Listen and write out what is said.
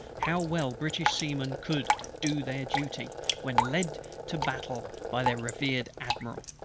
how well british seamen could do their duty when led to battle by their revered admiral.